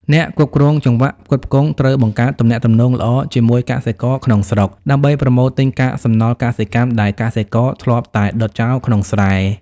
អ្នកគ្រប់គ្រងចង្វាក់ផ្គត់ផ្គង់ត្រូវបង្កើតទំនាក់ទំនងល្អជាមួយកសិករក្នុងស្រុក ដើម្បីប្រមូលទិញកាកសំណល់កសិកម្មដែលកសិករធ្លាប់តែដុតចោលក្នុងស្រែ។